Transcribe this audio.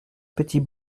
petit